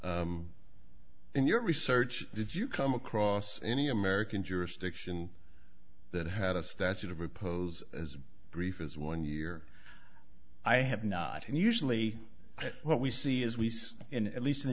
in your research did you come across any american jurisdiction that had a statute of repose as brief as one year i have not and usually what we see is we saw in at least